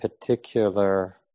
particular